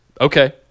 Okay